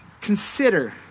consider